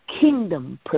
kingdom